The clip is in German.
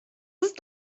ist